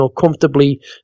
comfortably